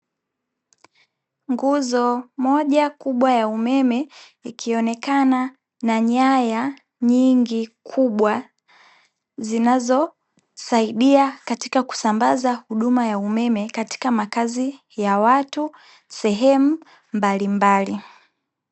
Nguzo moja kubwa ya umeme, ikionekana na nyaya nyingi kubwa, zinazosaidia katika kusambaza huduma ya umeme katika makazi ya watu sehemu mbalimbali.